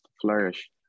flourish